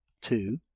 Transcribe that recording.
two